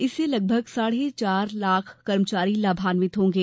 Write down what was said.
इससे लगभग साढ़े चार लाख कर्मचारी लाभांवित होगें